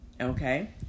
okay